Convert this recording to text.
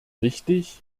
richtig